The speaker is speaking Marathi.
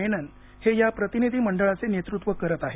मेनन हे या प्रतिनिधीमंडळाचे नेतृत्व करत आहेत